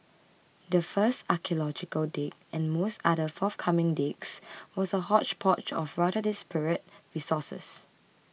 the first archaeological dig and most other forthcoming digs was a hodgepodge of rather disparate resources